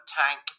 tank